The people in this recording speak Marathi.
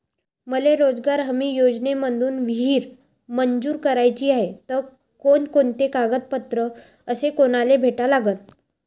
मले रोजगार हमी योजनेमंदी विहीर मंजूर कराची हाये त कोनकोनते कागदपत्र अस कोनाले भेटा लागन?